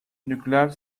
nükleer